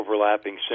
overlapping